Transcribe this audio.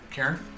Karen